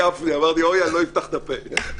אני